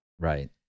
Right